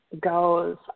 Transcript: goes